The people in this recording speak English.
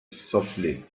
softly